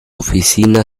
oficina